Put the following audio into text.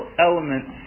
elements